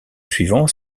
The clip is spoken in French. suivant